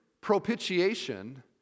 propitiation